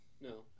No